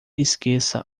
esqueça